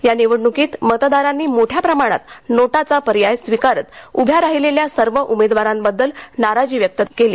या निवडणुकीत मतदारांनी मोठ्या प्रमाणात नोटा चा पर्याय स्वीकारत उभ्या राहिलेल्या सर्व उमेदवारांबद्दल नाराजी दाखवली